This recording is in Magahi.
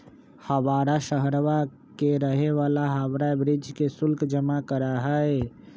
हवाड़ा शहरवा के रहे वाला हावड़ा ब्रिज के शुल्क जमा करा हई